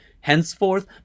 henceforth